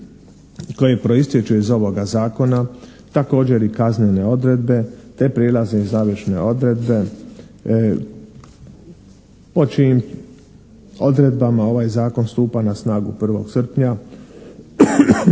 koje proistječu iz ovoga Zakona. Također i kaznene odredbe te prijelazne i završne odredbe po čijim odredbama ovaj zakon stupa na snagu 1. srpnja